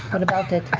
what about it?